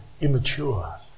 immature